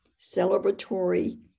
celebratory